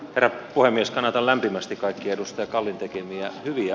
arvoisa puhemies kannatan lämpimästi kaikki edustaa kalliita kiviä kiviä